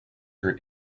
for